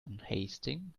unhasting